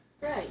Right